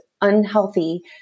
unhealthy